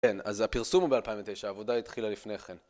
כן, אז הפרסום הוא ב-2009, העבודה התחילה לפני כן.